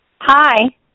Hi